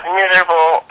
miserable